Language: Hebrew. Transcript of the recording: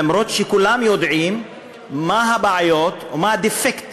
אף שכולם יודעים מה הבעיות או מה הדפקטים